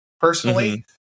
personally